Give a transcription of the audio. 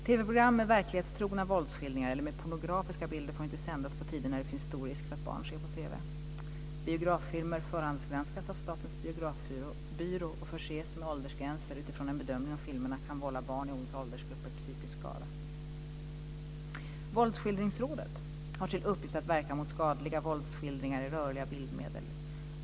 TV-program med verklighetstrogna våldsskildringar eller med pornografiska bilder får inte sändas på tider när risken är stor att barn ser på TV. Biograffilmer förhandsgranskas av Statens Biografbyrå och förses med åldersgränser utifrån en bedömning av om filmerna kan vålla barn i olika åldersgrupper psykisk skada. Våldsskildringsrådet har till uppgift att verka mot skadliga våldsskildringar i rörliga bildmedier.